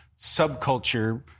subculture